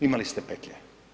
Imali ste petlje.